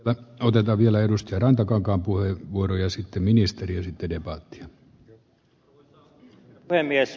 ota oteta vielä edusti rantakankaan puhe vuores että ministeriö arvoisa herra puhemies